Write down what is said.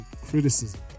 criticism